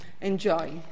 Enjoy